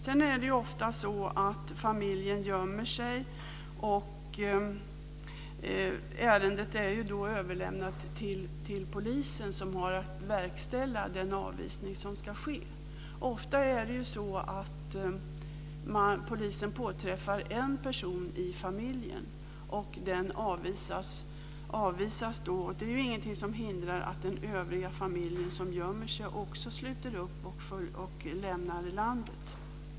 Sedan är det ofta så att familjen gömmer sig, och ärendet är då överlämnat till polisen, som har att verkställa den avvisning som ska ske. Ofta påträffar polisen en person i familjen och den personen avvisas då. Det är ingenting som hindrar att den övriga familjen, som gömmer sig, också sluter upp och lämnar landet.